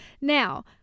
Now